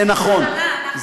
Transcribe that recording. זה נכון.